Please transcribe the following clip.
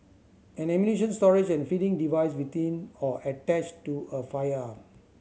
an ammunition storage and feeding device within or attached to a firearm